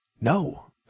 No